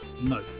No